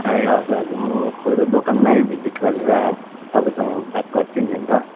ए हजुर हजुर म एकपल्ट दोकानमै भिजिट गरेर तपाईसँग बात गर्छु नि ल